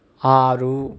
ఆరు